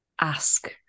ask